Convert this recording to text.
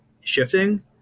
shifting